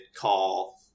call